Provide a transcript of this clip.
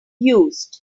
used